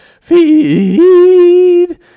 Feed